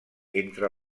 entre